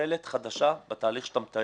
לאחר מכן אין שום תועלת חדשה בתהליך שאתה מתאר.